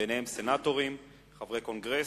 ובהם סנטורים וחברי קונגרס.